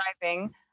driving